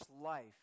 life